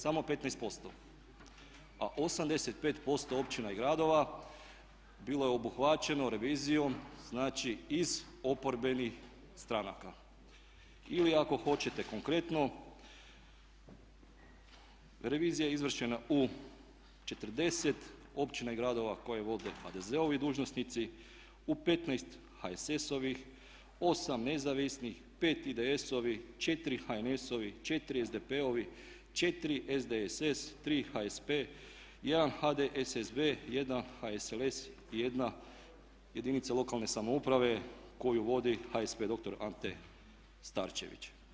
Samo 15%, a 85% općina i gradova bilo je obuhvaćeno revizijom znači iz oporbenih stranaka ili ako hoćete konkretno revizija je izvršena u 40 općina i gradova koje vode HDZ-ovi dužnosnici, u 15 HSS-ovih, 8 nezavisnih, 5 IDS-ovih, 4 HNS-ovi, 4 SDP-ovi, 4 SDSS, 3 HSP, 1 HDSSB, 1 HSLS i 1 jedinca lokalne samouprave koju vodi HSP doktor Ante Starčević.